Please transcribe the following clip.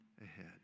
ahead